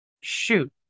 Shoot